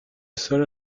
seule